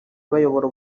bayobora